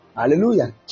Hallelujah